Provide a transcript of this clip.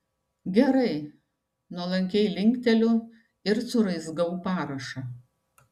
gerai nuolankiai linkteliu ir suraizgau parašą